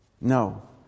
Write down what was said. No